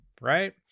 Right